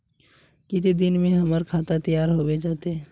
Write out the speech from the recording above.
केते दिन में हमर खाता तैयार होबे जते?